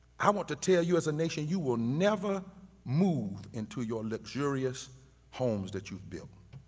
i want to tell you as a nation, you will never move into your luxurious homes that you've built